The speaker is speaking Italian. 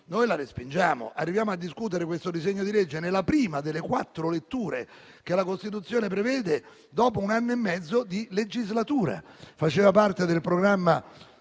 anima le opposizioni. Arriviamo a discutere questo disegno di legge nella prima delle quattro letture che la Costituzione prevede dopo un anno e mezzo di legislatura; faceva parte del programma